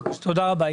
תודה רבה.